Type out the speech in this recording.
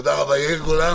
תודה רבה, יאיר גולן.